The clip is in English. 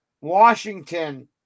Washington